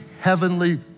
heavenly